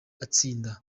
atsinda